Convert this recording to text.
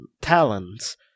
talons